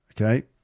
Okay